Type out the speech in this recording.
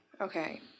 Okay